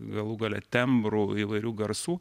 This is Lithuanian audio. galų gale tembrų įvairių garsų